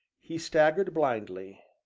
he staggered blindly,